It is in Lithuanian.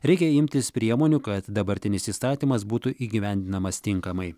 reikia imtis priemonių kad dabartinis įstatymas būtų įgyvendinamas tinkamai